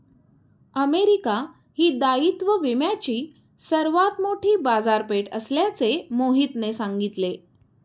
America ही दायित्व विम्याची सर्वात मोठी बाजारपेठ असल्याचे मोहितने सांगितले